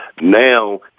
Now